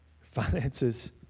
finances